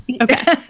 Okay